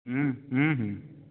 हुँ हुँ हुँ